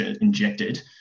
injected